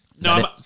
no